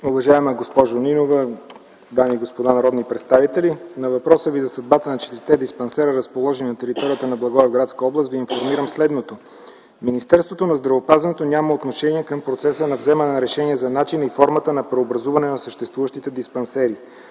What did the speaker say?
Уважаема госпожо Нинова, дами и господа народни представители! На въпроса Ви за съдбата на 6-те диспансера, разположени на територията на Благоевградска област, Ви информирам следното: Министерството на здравеопазването няма отношение към процеса на вземане на решение за начина и формата на преобразуване на съществуващите диспансери.